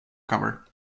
cover